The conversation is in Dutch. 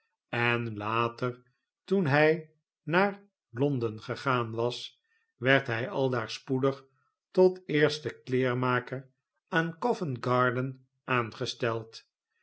en later toen hij naar l o n den gegaan was werd hij aldaar spoedig tot eersten kleermaker aan covent-garden aangesteld